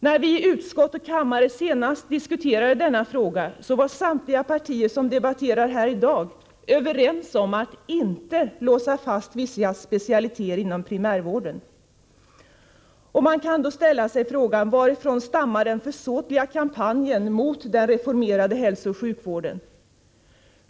När vi i utskott och kammare senast diskuterade denna fråga var samtliga partier som finns representerade i debatten här i dag överens om att inte låsa fast vissa specialiteter inom primärvården. Man kan ställa sig frågan: Varifrån stammar den försåtliga kampanjen mot den reformerade hälsooch sjukvården?